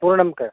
पूर्णं कर्